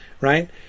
right